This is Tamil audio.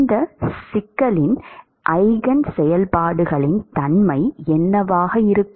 இந்த சிக்கலின் ஈஜென் செயல்பாடுகளின் தன்மை என்னவாக இருக்கும்